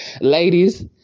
ladies